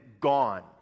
gone